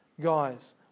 guys